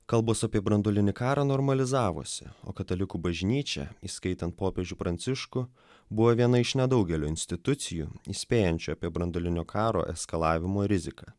kalbos apie branduolinį karą normalizavosi o katalikų bažnyčia įskaitant popiežių pranciškų buvo viena iš nedaugelio institucijų įspėjančių apie branduolinio karo eskalavimo rizika